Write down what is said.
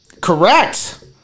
Correct